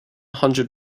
hundred